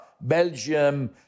Belgium